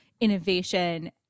innovation